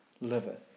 liveth